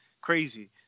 crazy